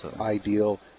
ideal